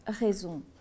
raison